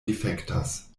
difektas